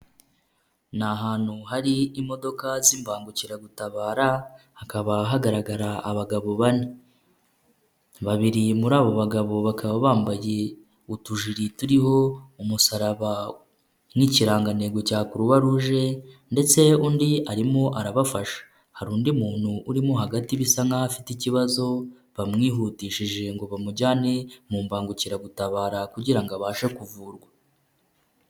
Ni ahantu hari imodoka z'imbangukiragutabara hakaba hagaragara abagabo bane, babiri muri abo bagabo bakaba bambaye utujiri turiho umusaraba nk'ikirangantego cya kuruwaruje ndetse undi arimo arabafasha, hari undi muntu urimo hagati bisa nkaho afite ikibazo bamwihutishije ngo bamujyane mu mbangukiragutabara kugira ngo abashe kuvurwa.